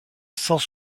sans